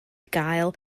gael